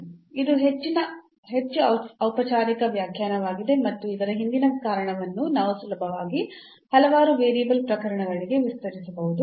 ಇದು ಹೆಚ್ಚು ಔಪಚಾರಿಕ ವ್ಯಾಖ್ಯಾನವಾಗಿದೆ ಮತ್ತು ಇದರ ಹಿಂದಿನ ಕಾರಣವನ್ನು ನಾವು ಸುಲಭವಾಗಿ ಹಲವಾರು ವೇರಿಯಬಲ್ ಪ್ರಕರಣಗಳಿಗೆ ವಿಸ್ತರಿಸಬಹುದು